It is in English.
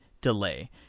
delay